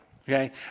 Okay